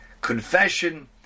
confession